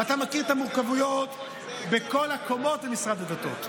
ואתה מכיר את המורכבויות בכל הקומות במשרד הדתות.